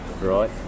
Right